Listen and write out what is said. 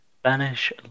Spanish